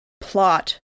plot